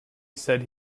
said